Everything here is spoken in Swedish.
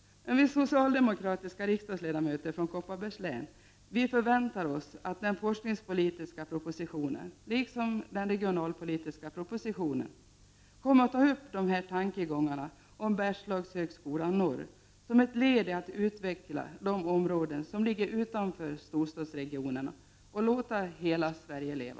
Vi socialdemokratiska riksdagsledamöter från Kopparbergs län förväntar oss att den forskningspolitiska propositionen, liksom den regionalpolitiska, kommer att ta upp dessa tankegångar om Bergslagshögskolan Norr som ett led i att utveckla de områden som ligger utanför storstadsregionerna och ”Låta hela Sverige leva”.